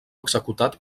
executat